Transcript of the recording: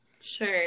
Sure